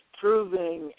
proving